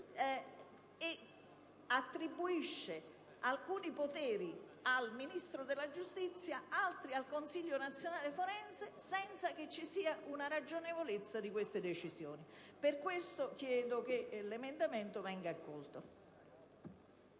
attribuendo alcuni poteri al Ministro della giustizia, altri al Consiglio nazionale forense senza che ci sia ragionevolezza in tali decisioni. Per questo chiedo che l'emendamento 24.203/1 venga accolto.